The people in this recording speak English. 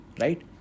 right